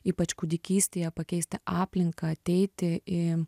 ypač kūdikystėje pakeisti aplinką ateiti į